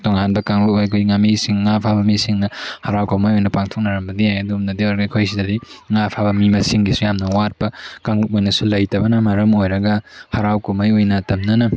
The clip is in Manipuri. ꯇꯣꯉꯥꯟꯕ ꯀꯥꯡꯂꯨꯞ ꯑꯩꯈꯣꯏ ꯉꯥꯃꯤꯁꯤꯡ ꯉꯥ ꯐꯥꯕ ꯃꯤꯁꯤꯡꯅ ꯍꯥꯔꯥꯎ ꯀꯨꯝꯍꯩ ꯑꯣꯏꯅ ꯄꯥꯡꯊꯣꯛꯅꯔꯝꯕꯗꯤ ꯌꯥꯏ ꯑꯗꯨꯝꯅꯗꯤ ꯑꯣꯏꯔꯒ ꯑꯩꯈꯣꯏ ꯁꯤꯗꯗꯤ ꯉꯥ ꯐꯥꯕ ꯃꯤ ꯃꯁꯤꯡꯒꯤꯁꯨ ꯌꯥꯝꯅ ꯋꯥꯠꯄ ꯀꯥꯡꯂꯨꯞ ꯑꯣꯏꯅꯁꯨ ꯂꯩꯇꯕꯅ ꯃꯔꯝ ꯑꯣꯏꯔꯒ ꯍꯥꯔꯥꯎ ꯀꯨꯝꯍꯩ ꯑꯣꯏꯅ ꯑꯇꯝꯅꯅ